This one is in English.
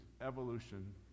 evolution